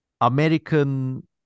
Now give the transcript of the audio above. American